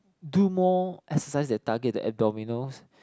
do more exercise that target the abdominal